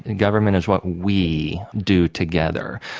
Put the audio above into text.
and government is what we do together.